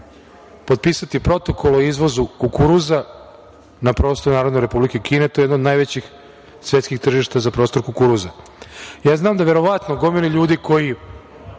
potpisati protokol o izvozu kukuruza na prostor Narodne Republike Kine. To je jedno od najvećih svetskih tržišta za prostor kukuruza. Znam da verovatno gomili ljudi koji